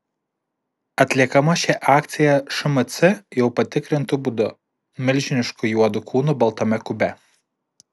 atliekama ši akcija šmc jau patikrintu būdu milžinišku juodu kūnu baltame kube